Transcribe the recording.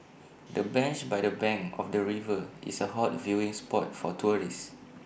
the bench by the bank of the river is A hot viewing spot for tourists